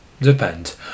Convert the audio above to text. depend